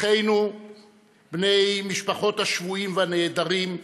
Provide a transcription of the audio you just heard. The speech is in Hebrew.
אחינו בני משפחות השבויים והנעדרים,